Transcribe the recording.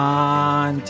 on